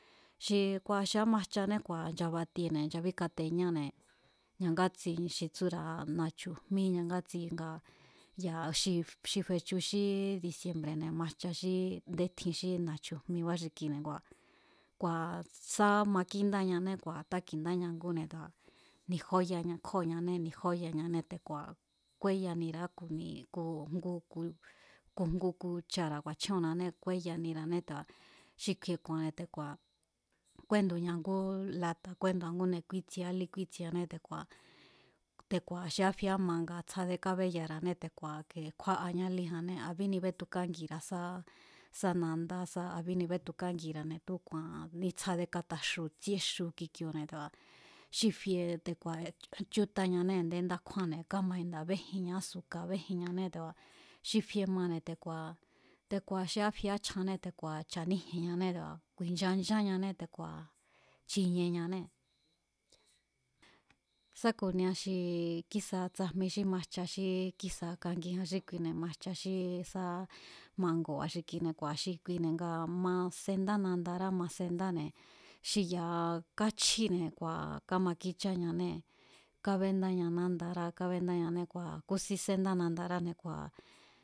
Xi kua̱ xi ámajchané kua̱ nchabatiene̱ nchabíkateñáne̱ ñangátsi xi tsúra̱ na̱chu̱jmí ñangátsi nga ya- xi fechu xí diciembre̱ne̱ majcha xí ndé tjin xí na̱chu̱ jmibá xi kine̱ ngua̱, kua̱ sá ámakíndáñane kua̱ táki̱ndáña ngúne̱ te̱ku̱a̱ ni̱jóyaña kjóo̱ñané ni̱jóyañané te̱ku̱a̱ kúéyanira̱á ku̱ jngu ku̱, ku̱ jngu kuchara̱ ku̱a̱chjóo̱nnane kúéyanira̱ané te̱ku̱a̱ xi kju̱i̱e̱ ku̱a̱nne̱ te̱ku̱a̱ kúéndu̱ña ngú lata̱ kúéndu̱ña ngúne̱ kúítsieá lí kúítsieané te̱ku̱a̱, te̱ku̱a̱ xi áfie áma nga tsjáde kábéyara̱ané te̱ku̱a̱ ke kjúá'aña líjanné a̱beni betukángira̱ sá sá nandá sá a̱beni bétukángira̱ne̱ tu̱úku̱a̱an nítsjádé kátaxu, tsíé xu kikioo̱ne̱ te̱ku̱a̱ xi fie te̱ku̱a̱ chútañanée̱ a̱nde ndá kjúánne̱ kámainda béjinña ázuka̱ béjinñanée̱ te̱ku̱a̱ xi fie mane̱ te̱ku̱a̱, te̱ku̱a̱ xi áfie áchjanne te̱ku̱a̱ cha̱níjienñané te̱ku̱a̱ ku̱i̱ncha nchánñané te̱ku̱a̱ chinieñanée̱. sá ku̱nia xi kísa tsajmi xí majcha xí kísa̱ kangijan xí kuine̱, majcha xí sá manguba̱ xi kine̱, ngua̱ xi kuine̱ nga ma sendá nandará ma sendáne̱ xi ya̱a káchjíne̱ kua̱ kámakícháñanée̱, kábéndáña nándará kábendáñanée̱. Kua̱ kúsin sendá nadáráne̱ kua̱.